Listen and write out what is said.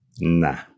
nah